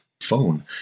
phone